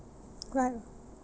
right